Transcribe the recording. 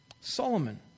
Solomon